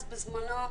אז, בזמנו,